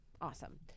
awesome